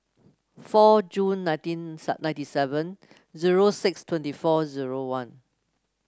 four June nineteen ninety seven zero six twenty four zero one